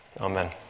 amen